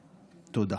תודה.